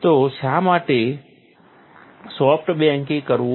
તો શા માટે સોફ્ટ બેકિંગ કરવું